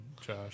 Josh